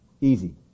easy